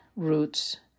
roots